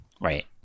Right